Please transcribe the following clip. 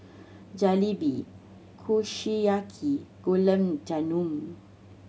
Jalebi Kushiyaki Gulab Jamun